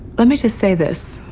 let me just say this,